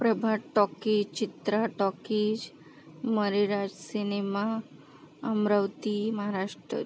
प्रभात talkie Chitra talkies मरेराज cinema Amravati Maharashtra